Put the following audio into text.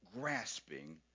grasping